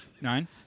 Nine